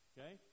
Okay